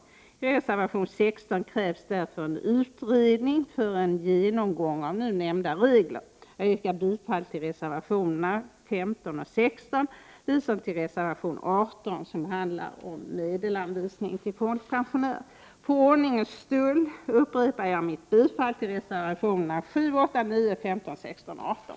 I reservation 16 krävs därför en utredning för en genomgång av nu nämnda regler. Jag yrkar bifall till reservationerna 15 och 16, liksom till reservation 18 som behandlar medelsanvisning till folkpensioner. För ordningens skull upprepar jag mitt yrkande om bifall till reservationerna 7, 8, 9, 15, 16 och 18.